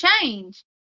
change